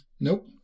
Nope